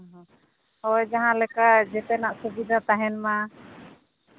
ᱦᱳᱭ ᱡᱟᱦᱟᱸ ᱞᱮᱠᱟ ᱡᱮᱛᱮᱱᱟᱜ ᱥᱩᱵᱤᱫᱷᱟ ᱛᱟᱦᱮᱱ ᱢᱟ